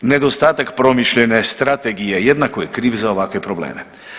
Nedostatak promišljene strategije jednako je kriv z a ovakve probleme.